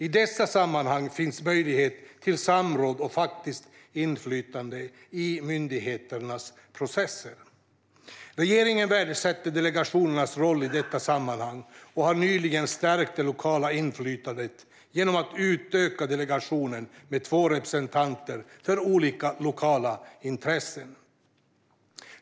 I dessa sammanhang finns möjlighet till samråd och faktiskt inflytande i myndigheternas processer. Regeringen värdesätter delegationernas roll i detta sammanhang och har nyligen stärkt det lokala inflytandet genom att utöka delegationerna med två representanter för olika lokala intressen.